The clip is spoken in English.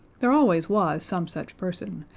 there always was some such person,